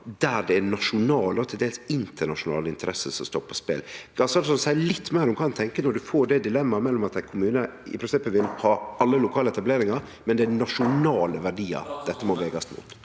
der det er nasjonale og til dels internasjonale interesser som står på spel. Kan statsråden seie litt meir om kva han tenkjer når ein får dilemmaet mellom at ein kommune i prinsippet vil ha alle lokale etableringar, men det er nasjonale verdiar det må vegast mot?